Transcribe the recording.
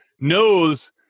knows